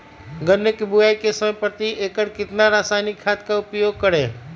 गन्ने की बुवाई के समय प्रति एकड़ कितना रासायनिक खाद का उपयोग करें?